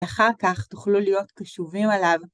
אחר כך תוכלו להיות קשובים אליו.